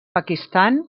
pakistan